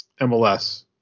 MLS